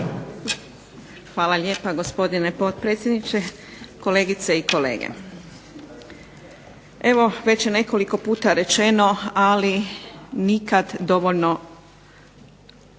Hvala lijepa gospodine potpredsjedniče, kolegice i kolege. Evo već je nekolik puta rečeno, ali nikad dovoljno,